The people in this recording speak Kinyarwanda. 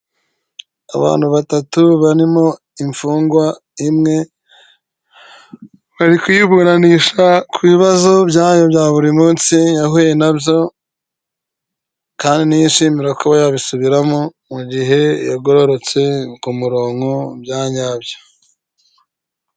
Abantu batatu barimo imfungwa imwe bari kuburanisha ku bibazoyo bya buri munsi yahuye nabyo kandi yishimira ko yabisubiramo mu gihe yagororotse ku kumurongo byanyabyo.